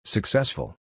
Successful